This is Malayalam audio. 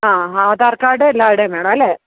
ആ ആധാര് കാര്ഡ് എല്ലാവരുടെയും വേണം അല്ലേ